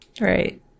Right